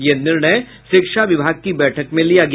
यह निर्णय शिक्षा विभाग की बैठक में लिया गया